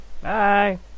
Bye